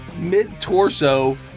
mid-torso